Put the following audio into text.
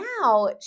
Now